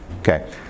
Okay